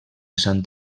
sant